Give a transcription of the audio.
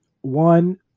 One –